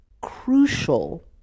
crucial